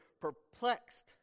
Perplexed